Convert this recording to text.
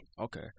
Okay